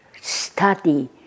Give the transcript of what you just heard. study